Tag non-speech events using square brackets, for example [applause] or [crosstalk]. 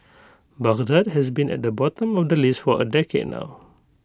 [noise] Baghdad has been at the bottom of the list for A decade now